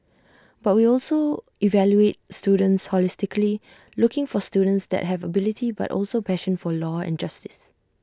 but we also evaluate students holistically looking for students that have ability but also A passion for law and justice